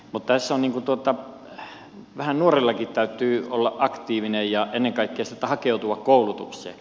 mutta vähän nuorenkin täytyy olla aktiivinen ja ennen kaikkea hakeutua koulutukseen